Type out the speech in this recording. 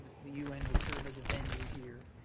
the un would serve as a venue here,